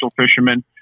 fishermen